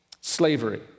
Slavery